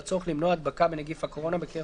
לצורך למנוע הדבקה בנגיף הקורונה בקרב